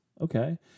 Okay